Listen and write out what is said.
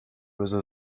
بزار